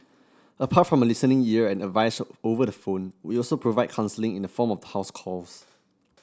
apart from a listening ear and advice over the phone we also provide counselling in the form of house calls